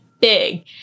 big